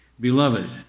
Beloved